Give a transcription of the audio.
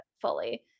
fully